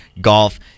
golf